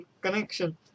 connection